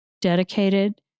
dedicated